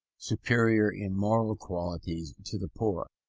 superior in moral qualities to the poor.